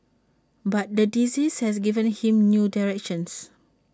but the disease has given him new direction